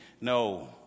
No